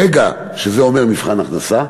ברגע שזה אומר מבחן הכנסה,